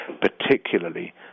particularly